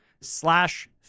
slash